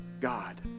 God